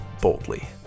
boldly